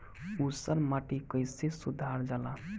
ऊसर माटी कईसे सुधार जाला?